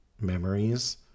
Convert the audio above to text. Memories